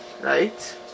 right